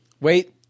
Wait